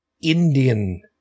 Indian